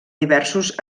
diversos